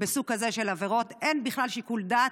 בסוג כזה של עבירות, אין בכלל שיקול דעת.